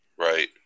Right